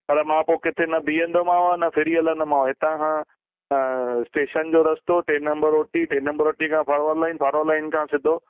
पर मां पोइ किथे न बीहंदोमांव न फिरी हलंदोमांव हितां खां स्टेशन जो रस्तो टे नंबर ओ टी टे नंबर ओ टी खां फोर्वर लाइन फोर्वर लाइन खां सिधो